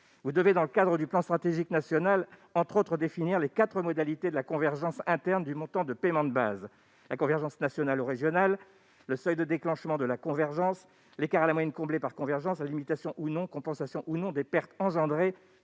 d'euros. Dans le cadre du plan stratégique national, le PSN, vous devez, entre autres objectifs, définir les quatre modalités de la convergence interne du montant de paiement de base : convergence nationale ou régionale ; seuil de déclenchement de la convergence ; écart à la moyenne comblée par convergence ; limitation ou non et compensation ou non des pertes suscitées